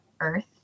earth